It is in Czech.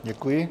Děkuji.